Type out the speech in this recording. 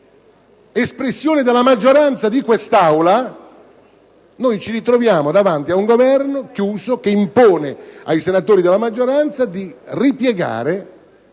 espressione della maggioranza dell'Aula ci troviamo di fronte ad un Governo chiuso, che impone ai senatori della maggioranza di ripiegare